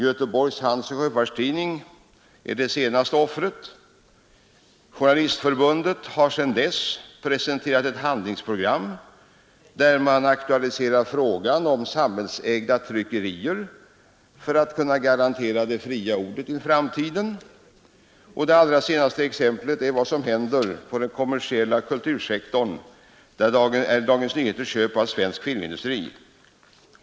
Göteborgs Handelsoch Sjöfarts-Tidning är det senaste offret. Svenska journalistförbundet har också presenterat ett handlingsprogram, där man aktualiserar frågan om samhällsägda tryckerier för att kunna garantera det fria ordet i framtiden. Det allra senaste exemplet på vad som händer på den kommersiella kultursektorn är Dagens Nyheters köp av Svensk filmindustri.